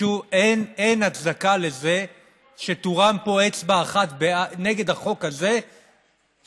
אין הצדקה לזה שתורם פה אצבע אחת נגד החוק הזה שהכסף